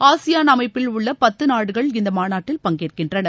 ASEAN அமைப்பில் உள்ள பத்து நாடுகள் இந்தக் மாநாட்டில் பங்கேற்கின்றனர்